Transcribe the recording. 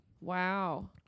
Wow